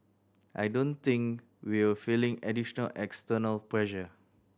I don't think we're feeling additional external pressure